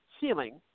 ceiling